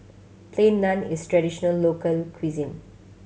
Plain Naan is traditional local cuisine